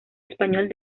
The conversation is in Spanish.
español